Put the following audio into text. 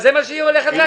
זה מה שהיא הולכת לומר.